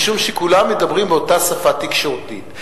משום שכולם מדברים באותה שפה תקשורתית.